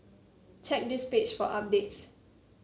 check this page for updates